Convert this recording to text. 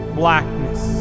blackness